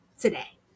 Today